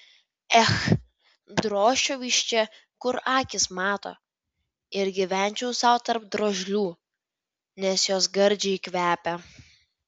ech drožčiau iš čia kur akys mato ir gyvenčiau sau tarp drožlių nes jos gardžiai kvepia